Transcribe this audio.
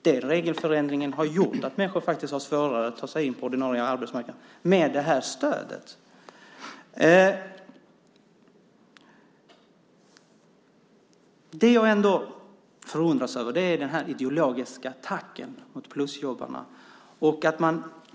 Den regelförändringen har gjort att människor har svårare att ta sig in på den ordinarie arbetsmarknaden med det här stödet. Jag förundras över den här ideologiska attacken mot plusjobbarna.